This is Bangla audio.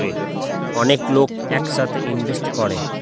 অনেক লোক এক সাথে ইনভেস্ট করে